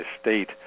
state